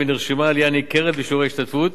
ונרשמה עלייה ניכרת בשיעורי ההשתתפות.